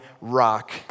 rock